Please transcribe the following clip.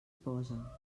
posa